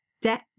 debt